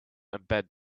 embed